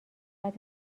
بعد